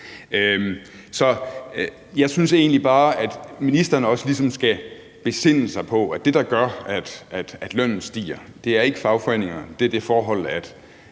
Så jeg synes egentlig bare, at ministeren også ligesom skal besinde sig på, at det, der gør, at lønnen stiger, ikke er fagforeningerne, men det er det forhold, at